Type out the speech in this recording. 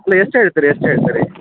ಅಲ್ಲಾ ಎಷ್ಟು ಹೇಳ್ತೀರಿ ಎಷ್ಟು ಹೇಳ್ತೀರಿ